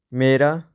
ਮੇਰਾ